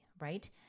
right